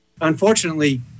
Unfortunately